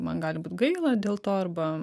man gali būt gaila dėl to arba